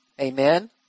Amen